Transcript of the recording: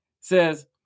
Says